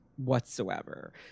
whatsoever